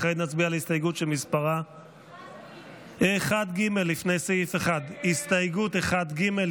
כעת נצביע על הסתייגות 1ג', לפני סעיף 1. הצבעה.